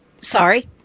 Sorry